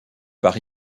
par